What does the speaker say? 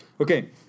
Okay